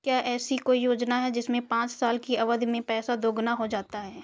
क्या ऐसी कोई योजना है जिसमें पाँच साल की अवधि में पैसा दोगुना हो जाता है?